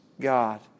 God